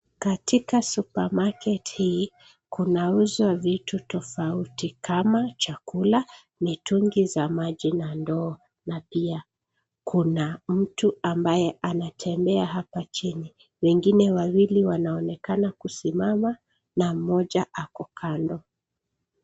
Katika supermarket hii kunauzwa vitu tofauti kama chakula, mitungi za maji na ndoo na pia kuna mtu ambaye anatembea hapa chini, wengine wawili wanaonekana kusimama na mmoja ako kando.